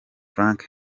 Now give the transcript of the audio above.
frank